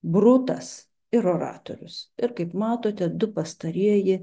brutas ir oratorius ir kaip matote du pastarieji